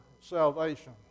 salvation